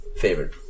favorite